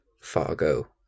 Fargo